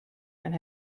and